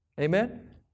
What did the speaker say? Amen